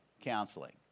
counseling